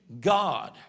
God